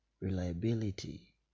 reliability